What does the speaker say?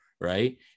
right